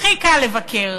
הכי קל לבקר,